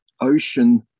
ocean